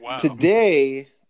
today